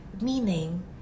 meaning